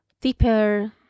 deeper